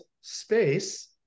space